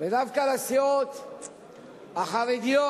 ודווקא לסיעות החרדיות,